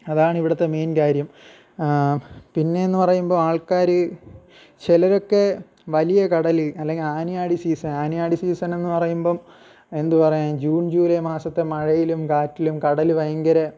അതാണ് ഇവിടുത്തെ മെയിൻ കാര്യം പിന്നെയെന്ന് പറയുമ്പോൾ ആൾക്കാർ ചിലരൊക്കെ വലിയ കടലിൽ അല്ലെങ്കിൽ ആനിയാടി സീസൺ ആനിയാടി സീസൺ എന്നു പറയുമ്പം എന്ത് പറയും ജൂൺ ജൂലൈ മാസത്തെ മഴയിലും കാറ്റിലും കടൽ ഭയങ്കര